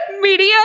media